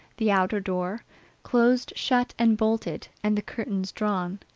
the outer door close shut and bolted, and the curtains drawn.